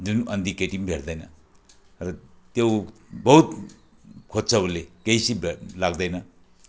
जुन अन्धी केटी पनि भेट्दैन र त्यो बहुत खोज्छ उसले केही सिप लाग्दैन